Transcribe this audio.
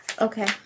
Okay